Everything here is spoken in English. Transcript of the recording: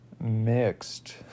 mixed